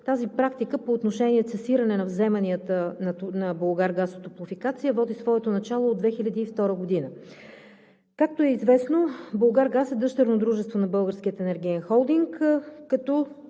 Тази практика по отношение цесиране на вземанията на „Булгаргаз“ от „Топлофикация“ води своето начало от 2002 г. Както е известно, „Булгаргаз“ е дъщерно дружество на Българския енергиен холдинг, като